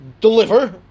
deliver